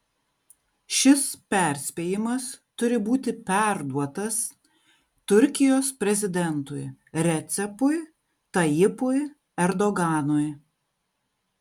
šis perspėjimas turi būti perduotas turkijos prezidentui recepui tayyipui erdoganui